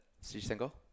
single